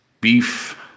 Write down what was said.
beef